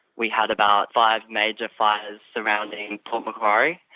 we had about five major fires surrounding port macquarie,